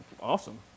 Awesome